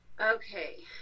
okay